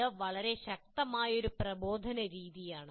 ഇത് വളരെ ശക്തമായ ഒരു പ്രബോധന രീതിയാണ്